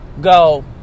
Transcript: go